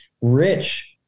rich